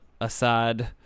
Assad